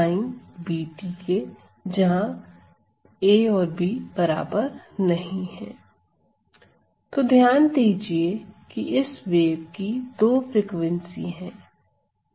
मान लीजिए तो ध्यान दीजिए इस वेव की दो फ्रीक्वेंसी है